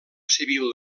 civil